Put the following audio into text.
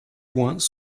points